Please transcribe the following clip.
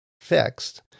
fixed